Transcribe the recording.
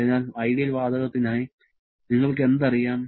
അതിനാൽ ഐഡിയൽ വാതകത്തിനായി നിങ്ങൾക്ക് എന്തറിയാം